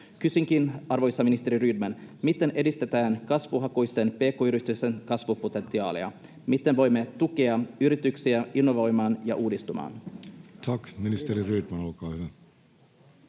Kysynkin, arvoisa ministeri Rydman: Miten edistetään kasvuhakuisten pk-yritysten kasvupotentiaalia? Miten voimme tukea yrityksiä innovoimaan ja uudistumaan?